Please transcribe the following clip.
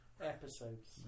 episodes